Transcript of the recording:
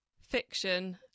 fiction